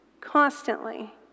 constantly